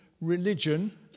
religion